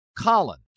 Colin